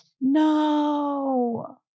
No